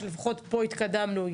שלפחות פה התקדמנו,